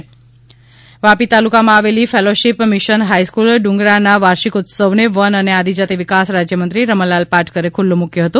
વલસાડ વાર્ષિકોત્સવ વાપી તાલુકામાં આવેલી ફેલોશીપ મીશન હાઇસ્ફૂલ ડુંગરાના વાર્ષિકોત્સવને વન અને આદિજાતિ વિકાસ રાજ્યમંત્રી રમણલાલ પાટકરે ખુલ્લો મુક્યો હતો